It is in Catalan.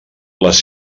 les